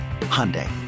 Hyundai